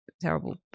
terrible